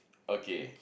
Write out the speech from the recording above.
okay